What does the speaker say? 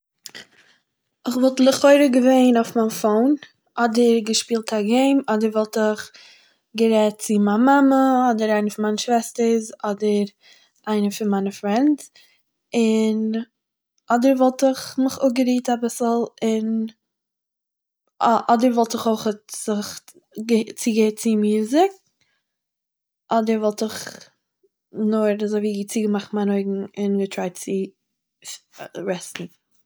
איך וואלט לכאורה געווען אויף מיין פאון, אדער געשפילט א געים אדער וואלט איך גערעדט צו מיין מאמע אדער צו מיין שוועסטער'ס אדער, איינע פון מיינע פרענדס און, אדער וואלט איך מיך אפגערוהט אביסל אין- א- אדער וואלט איך אויכ'עט זיך גע- צוגעהערט צו מיוזיק, אדער וואלט איך נאר אזויווי צוגעמאכט מיינע אויגן און געטרייד צו רעסטן